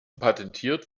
patentiert